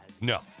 No